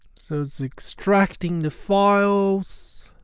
so it's extracting the files